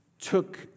took